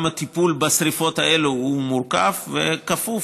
גם הטיפול בשרפות האלה הוא מורכב וכפוף